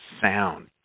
sound